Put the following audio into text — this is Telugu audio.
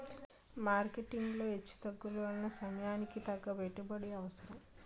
మార్కెటింగ్ లో హెచ్చుతగ్గుల వలన సమయానికి తగ్గ పెట్టుబడి అవసరం